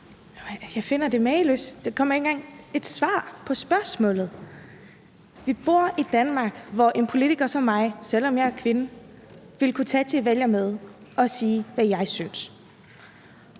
Jeg finder det mageløst. Der kommer ikke engang et svar på spørgsmålet. Vi bor i Danmark, hvor en politiker som mig, selv om jeg er kvinde, vil kunne tage til et vælgermøde og sige, hvad jeg synes.